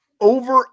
over